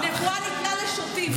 נבואה ניתנה לשוטים.